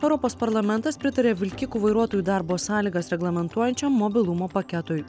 europos parlamentas pritarė vilkikų vairuotojų darbo sąlygas reglamentuojančio mobilumo paketui